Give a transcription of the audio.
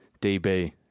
DB